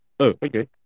okay